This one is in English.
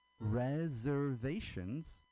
Reservations